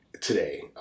today